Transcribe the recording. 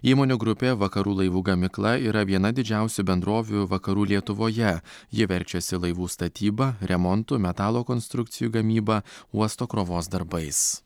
įmonių grupė vakarų laivų gamykla yra viena didžiausių bendrovių vakarų lietuvoje ji verčiasi laivų statyba remontu metalo konstrukcijų gamyba uosto krovos darbais